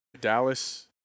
Dallas